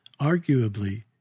Arguably